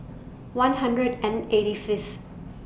one hundred and eighty Fifth